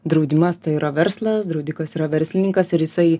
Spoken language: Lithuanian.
draudimas tai yra verslas draudikas yra verslininkas ir jisai